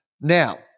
Now